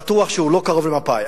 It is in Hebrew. בטוח שהוא לא קרוב למפא"י,